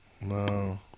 No